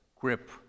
grip